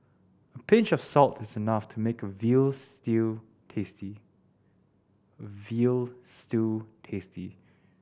a pinch of salt is enough to make a veal stew tasty veal stew tasty